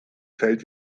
feld